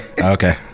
Okay